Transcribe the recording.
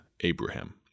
Abraham